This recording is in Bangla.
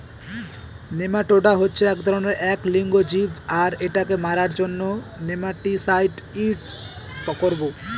নেমাটোডা হচ্ছে এক ধরনের এক লিঙ্গ জীব আর এটাকে মারার জন্য নেমাটিসাইড ইউস করবো